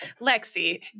Lexi